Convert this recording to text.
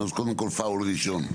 אז קודם כל פאול ראשון,